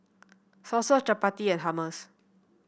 Salsa Chapati and Hummus